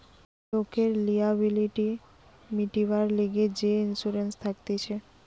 লোকের লিয়াবিলিটি মিটিবার লিগে যে ইন্সুরেন্স থাকতিছে